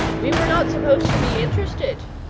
we were not supposed to be interested.